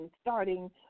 starting